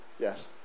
Yes